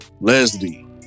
Leslie